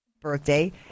birthday